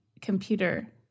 computer